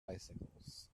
bicycles